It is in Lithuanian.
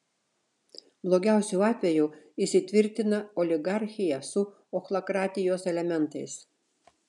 blogiausiu atveju įsitvirtina oligarchija su ochlokratijos elementais